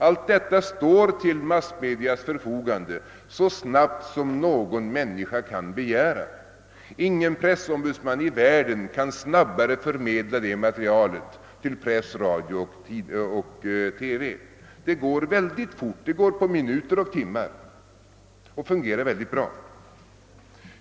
Allt detta står till massmedias förfogande så snabbt som någon människa kan begära. Ingen pressombudsman i världen kan snabbare förmedla detta material till press, radio och TV. Det går mycket snabbt — på minuter och timmar — och det hela fungerar synnerligen väl.